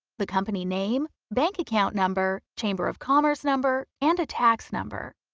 the company name, bank account number, chamber of commerce number and a tax number.